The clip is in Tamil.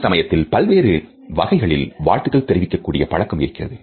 அதே சமயத்தில் பல்வேறு வகைகளில் வாழ்த்துக்கள் தெரிவிக்க கூடிய பழக்கம் இருக்கிறது